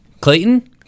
Clayton